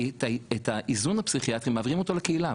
האיזון הפסיכיאטרי מעבירים אותו לקהילה.